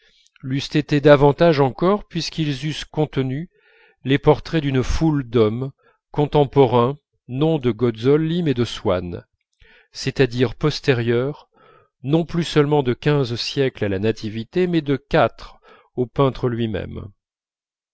l'eussent été davantage encore puisqu'ils eussent contenu les portraits d'une foule d'hommes contemporains non de gozzoli mais de swann c'est-à-dire postérieurs non plus seulement de quinze siècles à la nativité mais de quatre au peintre lui-même